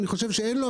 אני חושב שאין לו,